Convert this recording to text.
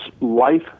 life